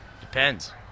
Depends